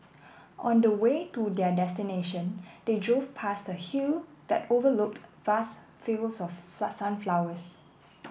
on the way to their destination they drove past a hill that overlooked vast fields of flood sunflowers